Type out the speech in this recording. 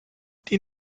die